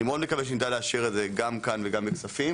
אני מאוד מקווה שנדע לאשר את זה גם כאן וגם בכספים,